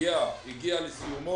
המאפייה הגיע לסיומו.